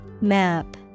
Map